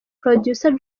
producer